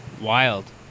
wild